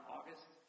August